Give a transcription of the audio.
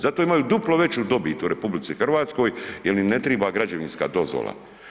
Zato imaju duplo veću dobit u RH jer im ne triba građevinska dozvola.